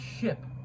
ship